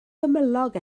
gymylog